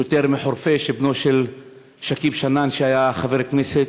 שוטר מחורפיש, בנו של שכיב שנאן, שהיה חבר הכנסת,